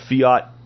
fiat